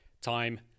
time